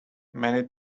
many